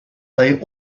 they